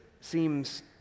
seems